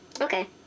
Okay